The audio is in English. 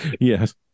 yes